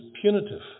punitive